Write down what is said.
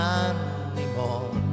anymore